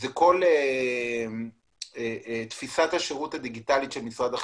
היה תפיסת השירות הדיגיטלית של משרד החינוך.